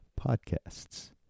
podcasts